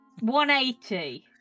180